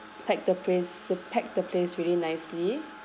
pack the place the pack the place really nicely